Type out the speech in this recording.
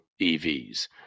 EVs